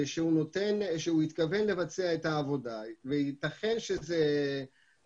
שהוא התכוון לבצע את העבודה ויתכן שבמהלך